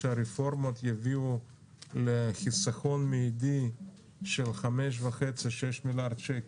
שהרפורמות יביאו לחיסכון מיידי של 6-5.5 מיליארד שקל,